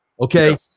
okay